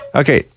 okay